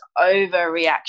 overreaction